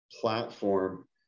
platform